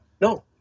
no